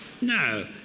No